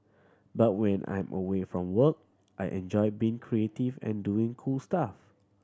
but when I'm away from work I enjoy being creative and doing cool stuff